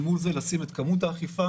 אל מול זה לשים את כמות האכיפה.